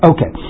Okay